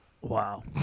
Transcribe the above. wow